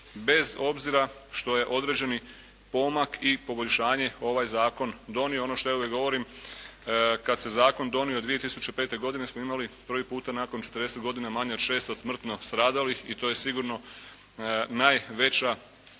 bez obzira što je određeni pomak i poboljšanje ovaj zakon donio. Ono što ja uvijek govorim, kad se zakon donio 2005. godine smo imali prvi puta nakon 40 godina manje od 600 smrtno stradalih i to je sigurno najveća